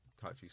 touchy